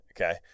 Okay